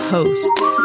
Hosts